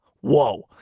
Whoa